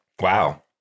Wow